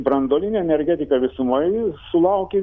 branduolinė energetika visumoj sulaukė